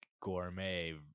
gourmet